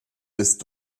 bist